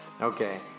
Okay